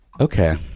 okay